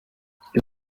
icyo